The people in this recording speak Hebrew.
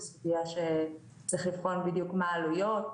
זו סוגיה שצריך לבחון בדיוק מה העלויות שלה.